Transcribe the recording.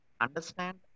understand